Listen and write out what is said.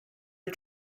are